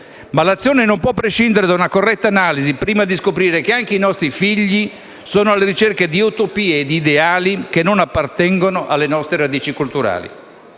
Ma l'azione non può prescindere da una corretta analisi, prima di scoprire che anche i nostri figli sono alla ricerca di utopie e di ideali che non appartengono alle nostre radici culturali.